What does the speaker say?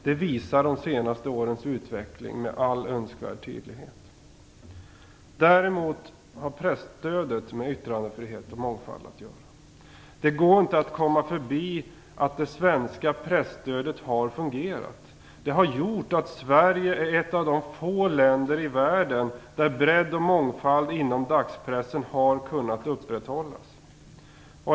Det visar de senaste årens utveckling med all önskvärd tydlighet. Däremot har presstödet med yttrandefrihet och mångfald att göra. Det går inte att komma förbi att det svenska presstödet har fungerat. Det har gjort att Sverige är ett av de få länder i världen där bredd och mångfald inom dagspressen har kunnat upprätthållas.